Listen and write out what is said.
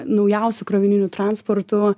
naujausiu krovininiu transportu